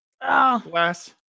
glass